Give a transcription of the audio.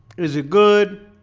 is it good?